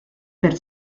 per